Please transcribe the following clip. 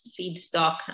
feedstock